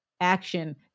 action